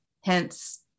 hence